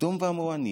סדום ועמורה נהיה.